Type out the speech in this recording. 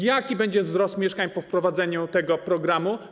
Jaki będzie wzrost cen mieszkań po wprowadzeniu tego programu?